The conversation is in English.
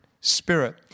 spirit